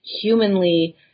humanly